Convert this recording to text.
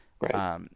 Right